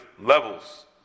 levels